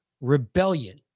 rebellion